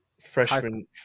Freshman